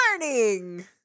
learning